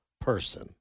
person